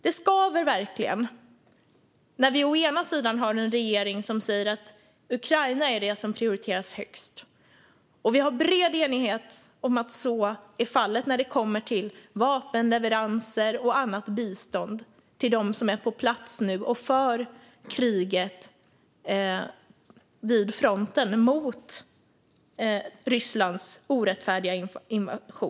Det skaver verkligen när vi å ena sidan har en regering som säger att Ukraina är det som prioriteras högst. Vi har bred enighet om att så är fallet när det kommer till vapenleveranser och annat bistånd till dem som nu är på plats och för kriget vid fronten mot Rysslands orättfärdiga invasion.